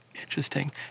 Interesting